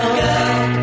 girl